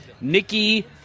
Nikki